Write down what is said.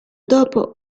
dopo